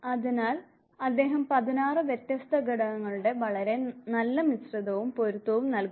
അതിനാൽ അദ്ദേഹം 16 വ്യത്യസ്ത ഘടകങ്ങളുടെ വളരെ നല്ല മിശ്രിതവും പൊരുത്തവും നൽകുന്നു